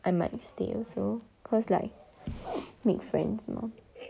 I might stay also cause like make friends you know